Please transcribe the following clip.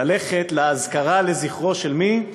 ללכת לאזכרה של מי?